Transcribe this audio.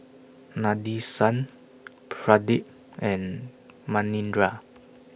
Nadesan Pradip and Manindra